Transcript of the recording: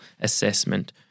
assessment